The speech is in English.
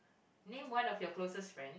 name one of your closest friend